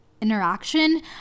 interaction